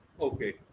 Okay